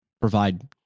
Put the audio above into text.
provide